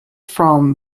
from